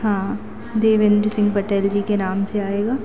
हाँ देवेन्द्र सिंह पटेल जी के नाम से आएगा